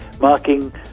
marking